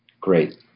Great